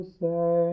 say